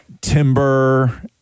Timber